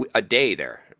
ah a day there.